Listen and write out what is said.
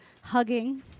hugging